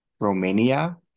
Romania